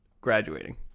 graduating